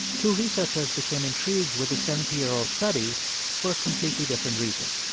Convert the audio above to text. two researchers became intrigued with the seventy year old study for a completely different reason.